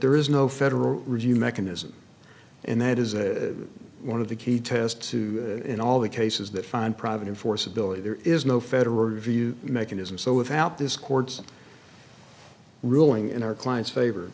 there is no federal review mechanism and that is one of the key tests to in all the cases that find private enforceability there is no federal review mechanism so without this court's ruling in our client's favor